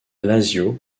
lazio